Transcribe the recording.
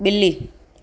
ॿिली